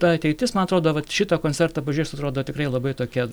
ta ateitis man atrodo vat šitą koncertą pažiūrėjus atrodo tikrai labai tokia